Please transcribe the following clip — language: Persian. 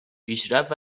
پیشرفت